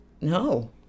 No